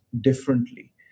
differently